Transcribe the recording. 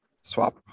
swap-